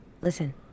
Listen